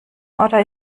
oder